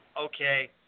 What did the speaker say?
okay